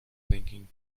thinking